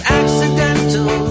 accidental